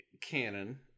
canon